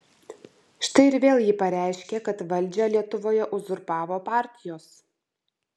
štai ir vėl ji pareiškė kad valdžią lietuvoje uzurpavo partijos